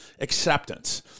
acceptance